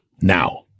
now